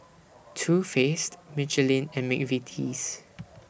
Too Faced Michelin and Mcvitie's